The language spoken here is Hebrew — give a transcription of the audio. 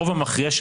הרוב המכריע של